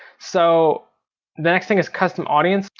so, the next thing is custom audience.